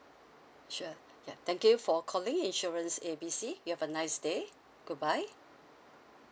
sure ya thank you for calling insurance A B C you have a nice day goodbye